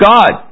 God